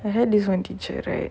I had this one teacher right